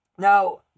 Now